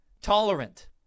tolerant